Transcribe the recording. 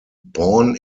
born